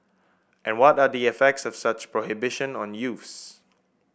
and what are the effects of such prohibition on youths